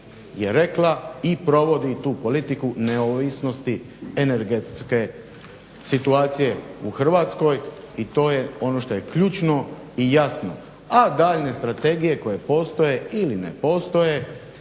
je rekla i provodi tu politiku neovisnosti energetske situacije u Hrvatskoj i to je ono što je ključno i jasno. A daljnje strategije koje postoje ili ne postoje